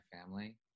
family